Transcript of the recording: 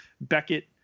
Beckett